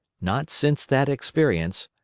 not since that experience,